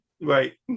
right